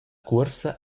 cuorsa